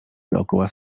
dookoła